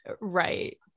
right